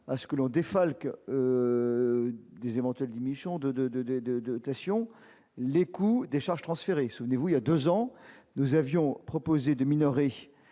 à ce que l'on défalque des éventuelles diminutions de dotations les coûts des charges transférées. Ainsi, il y a deux ans, nous avions proposé de minorer